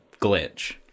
glitch